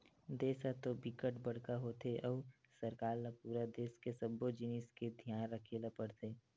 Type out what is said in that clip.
देस ह तो बिकट बड़का होथे अउ सरकार ल पूरा देस के सब्बो जिनिस के धियान राखे ल परथे